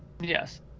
Yes